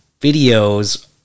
videos